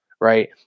Right